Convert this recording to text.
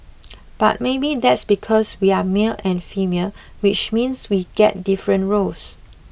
but maybe that's because we're male and female which means we get different roles